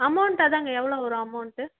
amount அதுதாங்க எவ்வளோ வரும் அமௌண்ட்டு